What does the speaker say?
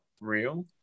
real